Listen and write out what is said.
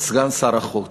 את סגן שר החוץ,